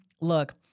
Look